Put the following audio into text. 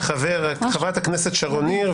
חברת הכנסת שרון ניר,